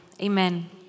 Amen